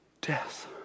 death